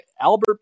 albert